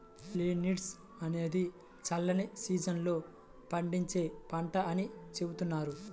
linseed అనేది చల్లని season లో పండించే పంట అని చెబుతున్నారు